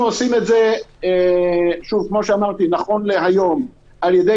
אנחנו עושים את זה נכון להיום על ידי